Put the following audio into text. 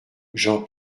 jean